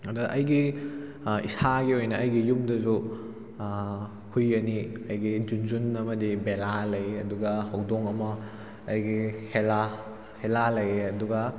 ꯑꯗ ꯑꯩꯒꯤ ꯏꯁꯥꯒꯤ ꯑꯣꯏꯅ ꯑꯩꯒꯤ ꯌꯨꯝꯗꯁꯨ ꯍꯨꯏ ꯑꯅꯤ ꯑꯩꯒꯤ ꯖꯨꯟꯖꯨꯟ ꯑꯃꯗꯤ ꯕꯦꯂꯥ ꯂꯩ ꯑꯗꯨꯒ ꯍꯧꯗꯣꯡ ꯑꯃ ꯑꯩꯒꯤ ꯍꯦꯂꯥ ꯍꯦꯂꯥ ꯂꯩꯌꯦ ꯑꯗꯨꯒ